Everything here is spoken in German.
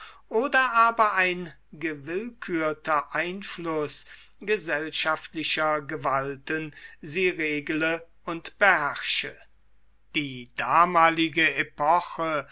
oder aber ein gewillkürter einfluß gesellschaftlicher gewalten sie regele und beherrsche die damalige epoche